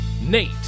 Nate